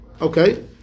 Okay